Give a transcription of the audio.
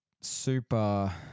super